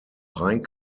rhein